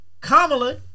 Kamala